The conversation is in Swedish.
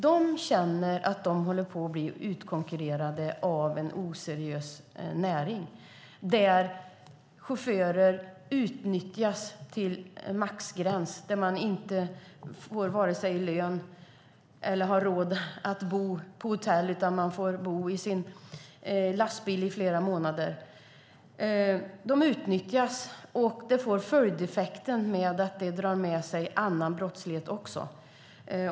De känner att de håller på att bli utkonkurrerade av en oseriös näring där chaufförer utnyttjas till maxgränsen och varken får lön eller har råd att bo på hotell, utan de får bo i sina lastbilar i flera månader. De utnyttjas, och följden blir att annan brottslighet uppstår.